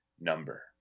number